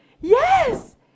Yes